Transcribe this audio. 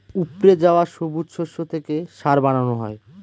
উপড়ে যাওয়া সবুজ শস্য থেকে সার বানানো হয়